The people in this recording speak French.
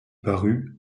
parue